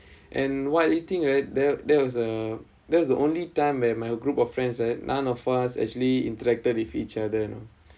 and while eating right there there was uh that was the only time where my group of friends right none of us actually interacted with each other you know